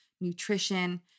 nutrition